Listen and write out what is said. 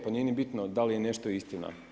Pa nije ni bitno da li je nešto istina.